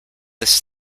this